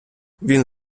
він